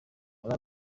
muri